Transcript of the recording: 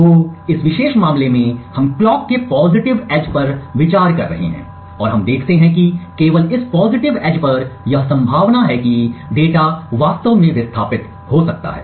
तो इस विशेष मामले में हम कलॉक के पॉजिटिव एज पर विचार कर रहे हैं और हम देखते हैं कि केवल इस पॉजिटिव एज पर यह संभावना है कि डेटा वास्तव में विस्थापित हो सकता है